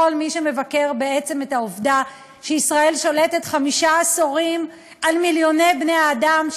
לכל מי שמבקר את העובדה שישראל שולטת חמישה עשורים על מיליוני בני-אדם,